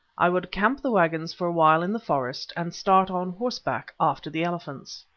i would camp the waggons for a while in the forest, and start on horseback after the elephants.